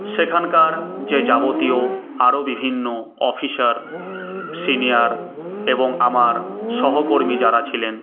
সেখানকার যে যাবতীয় আরও বিভিন্ন অফিসার সিনিয়ার এবং আমার সহকর্মী যারা ছিলেন